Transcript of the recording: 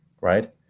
right